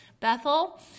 Bethel